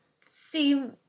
seem